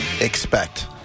expect